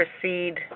proceed